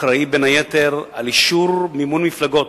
אחראי בין היתר לאישור מימון מפלגות